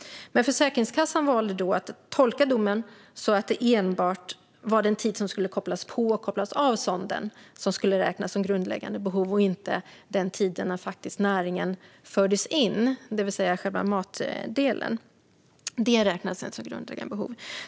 Men Försäkringskassan valde då att tolka domen så att det enbart var den tid det tar att koppla på och av sonden som skulle räknas som grundläggande behov och inte den tid när näringen fördes in, det vill säga själva matningen.